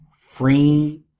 Free